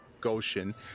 goshen